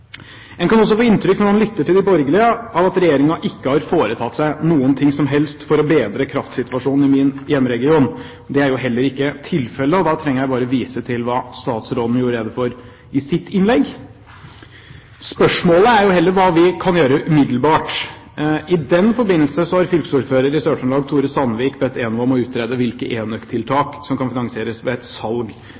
En kan også få inntrykk av, når en lytter til de borgerlige, at Regjeringen ikke har foretatt seg noe for å bedre kraftsituasjonen i min hjemregion. Det er jo heller ikke tilfellet. Da trenger jeg bare å vise til hva statsråden gjorde rede for i sitt innlegg. Spørsmålet er heller hva vi kan gjøre umiddelbart. I den forbindelse har fylkesordføreren i Sør-Trøndelag, Tore Sandvik, bedt Enova om å utrede hvilke enøktiltak som kan finansieres ved et salg